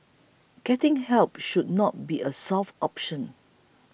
getting help should not be a soft option